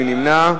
מי נמנע?